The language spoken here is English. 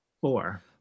four